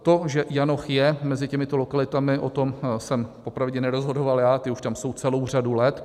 To, že Janoch je mezi těmito lokalitami, o tom jsem popravdě nerozhodoval já, ty už tam jsou celou řadu let.